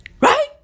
Right